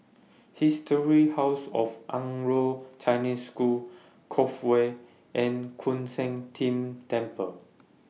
Historic House of Anglo Chinese School Cove Way and Koon Seng Ting Temple